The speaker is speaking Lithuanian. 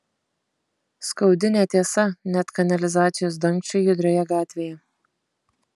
skaudi netiesa net kanalizacijos dangčiui judrioje gatvėje